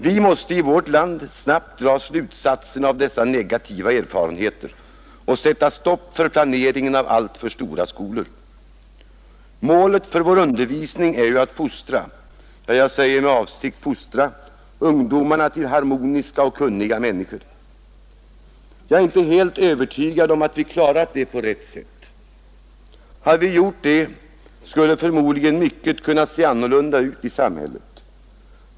Vi måste i vårt land snabbt dra slutsatserna av dessa negativa erfarenheter och sätta stopp för planeringen av alltför stora skolor. Målet för vår undervisning är ju att fostra — ja, jag säger med avsikt fostra — ungdomarna till harmoniska och kunniga människor. Jag är inte helt övertygad om att vi har klarat detta på rätt sätt. Hade vi gjort det hade förmodligen mycket sett annorlunda ut i samhället.